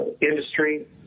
industry